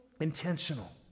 intentional